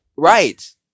Right